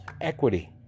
equity